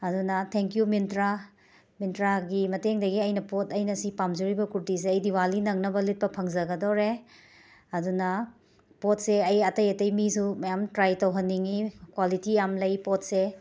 ꯑꯗꯨꯅ ꯊꯦꯡꯀ꯭ꯌꯨ ꯃꯤꯟꯇ꯭ꯔꯥ ꯃꯤꯟꯇ꯭ꯔꯥꯒꯤ ꯃꯇꯦꯡꯗꯒꯤ ꯑꯩꯅ ꯄꯣꯠ ꯑꯩꯅ ꯁꯤ ꯄꯥꯝꯖꯔꯤꯕ ꯀꯨꯔꯇꯤꯁꯦ ꯑꯩ ꯗꯤꯋꯥꯂꯤ ꯅꯪꯅꯕ ꯂꯤꯠꯄ ꯐꯪꯖꯒꯗꯣꯔꯦ ꯑꯗꯨꯅ ꯄꯣꯠꯁꯦ ꯑꯩ ꯑꯇꯩ ꯑꯇꯩ ꯃꯤꯁꯨ ꯃꯌꯥꯝ ꯇ꯭ꯔꯥꯏ ꯇꯧꯍꯟꯅꯤꯡꯉꯤ ꯀ꯭ꯋꯥꯂꯤꯇꯤ ꯌꯥꯝꯅ ꯂꯩ ꯄꯣꯠꯁꯦ